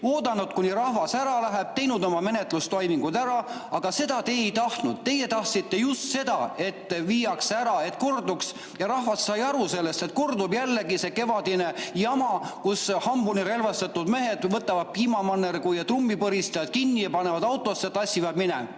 oodata, kuni rahvas ära läheb, teinud oma menetlustoimingud ära. Aga seda te ei tahtnud. Teie tahtsite just seda, et viiakse ära, et korduks see – ja rahvas sai sellest aru, et kordub jällegi kevadine jama –, et hambuni relvastatud mehed võtavad piimamannergu ja trummi põristajad kinni, panevad autosse ja tassivad minema.